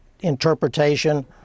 interpretation